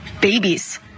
babies